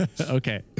Okay